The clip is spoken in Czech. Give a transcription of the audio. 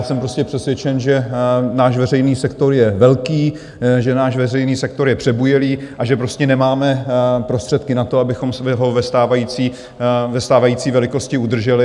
Jsem prostě přesvědčen, že náš veřejný sektor je velký, že náš veřejný sektor je přebujelý a že prostě nemáme prostředky na to, abychom ho ve stávající velikosti udrželi.